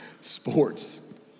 Sports